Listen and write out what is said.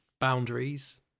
boundaries